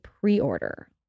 pre-order